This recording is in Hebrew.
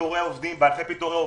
באלפי פיטורי עובדים,